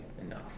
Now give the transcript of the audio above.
enough